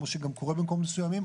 כמו שגם קורה במקומות מסוימים,